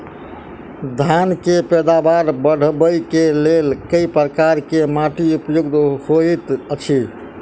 धान केँ पैदावार बढ़बई केँ लेल केँ प्रकार केँ माटि उपयुक्त होइत अछि?